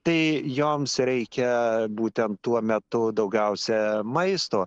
tai joms reikia būtent tuo metu daugiausia maisto